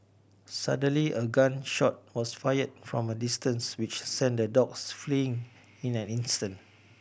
suddenly a gun shot was fired from a distance which sent the dogs fleeing in an instant